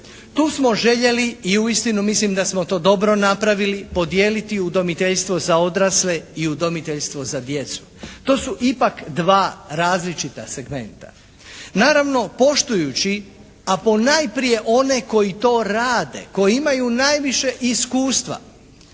Tu smo željeli i uistinu mislim da smo to dobro napravili podijeliti udomiteljstvo za odrasle i udomiteljstvo za djecu. To su ipak dva različita segmenta. Naravno, poštujući a ponajprije one koji to rade, koji imaju najviše iskustva.